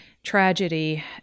tragedy